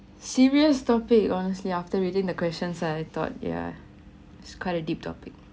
serious topic honestly after reading the questions I thought yeah it's quite a deep topic